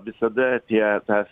visada tie tas